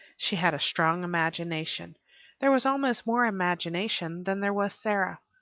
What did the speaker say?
she had a strong imagination there was almost more imagination than there was sara,